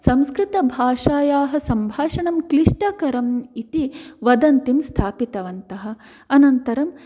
संस्कृतभाषायाः सम्भाषणं क्लिष्टकरम् इति वदन्तिं स्थापितवन्तः अनन्तरं